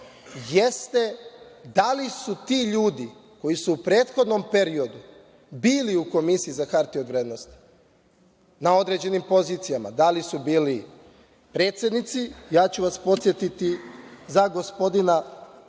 jeste da li su ti ljudi, koji su u prethodnom periodu bili u Komisiji za hartije od vrednosti, bili na određenim pozicijama, da li su bili predsednici? Ja ću vas podsetiti za gospodina